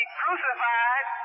crucified